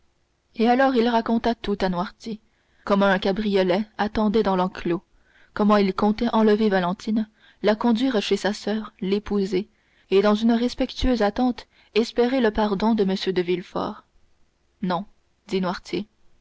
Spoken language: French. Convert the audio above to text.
et alors il raconta tout à noirtier comment un cabriolet attendait dans l'enclos comment il comptait enlever valentine la conduire chez sa soeur l'épouser et dans une respectueuse attente espérer le pardon de m de villefort non